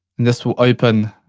and this will open,